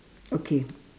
okay